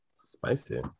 spicy